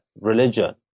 religion